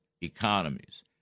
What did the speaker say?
economies